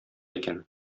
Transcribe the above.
икән